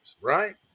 right